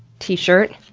t-shirt,